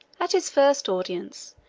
at his first audience,